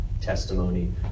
testimony